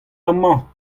amañ